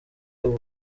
ubu